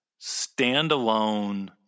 standalone